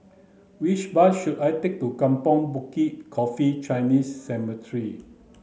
which bus should I take to Kampong Bukit Coffee Chinese Cemetery